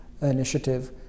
initiative